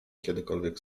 kiedykolwiek